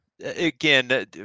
again